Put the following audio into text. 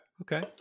okay